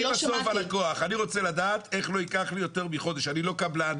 מהניסיון שלך,